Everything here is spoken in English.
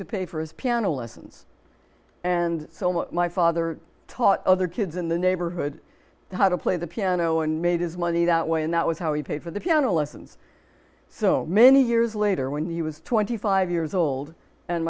to pay for his piano lessons and so what my father taught other kids in the neighborhood how to play the piano and made his money that way and that was how he paid for the piano lessons so many years later when the he was twenty five years old and